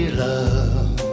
love